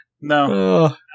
No